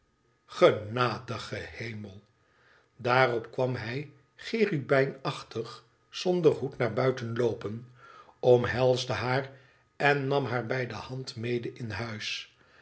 genadige hemel daarop kwam hij cherubijn ach tig zonder hoed naar buiten loopen omhelsde haar en nam haar bij de hand mede in huis